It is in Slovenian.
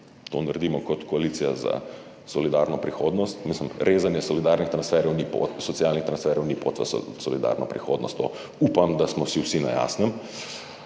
to naredimo kot koalicija za solidarno prihodnost. Mislim, rezanje socialnih transferjev ni pot v solidarno prihodnost. To upam, da smo si vsi na jasnem.